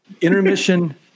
Intermission